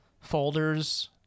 folders